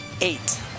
eight